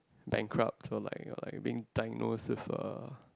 bankrupt or like or like being diagnosed with uh